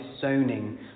zoning